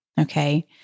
Okay